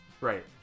right